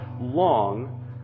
long